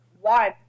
One